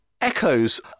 echoes